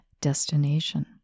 destination